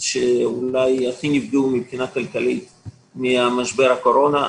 שאולי הכי נפגעו מבחינה כלכלית ממשבר הקורונה,